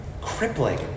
crippling